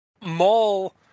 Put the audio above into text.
mall